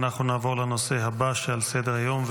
אנחנו נעבור לנושא הבא שעל סדר-היום,